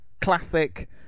classic